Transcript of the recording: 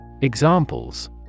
Examples